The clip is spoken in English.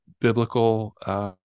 biblical